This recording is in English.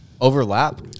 overlap